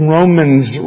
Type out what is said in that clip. Romans